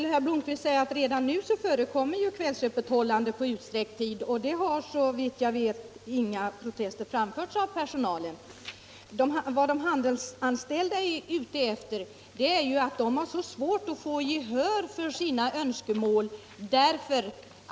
Herr talman! Redan nu förekommer kvällsöppethållande på utsträckt tid, herr Blomkvist, och inga protester har såvitt jag vet framförts av personalen. Anledningen till att de handelsanställda har reagerat är att de har så svårt att få gehör för sina fackliga önskemål.